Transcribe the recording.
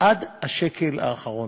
עד השקל האחרון.